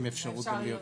עם אפשרות גם ליותר,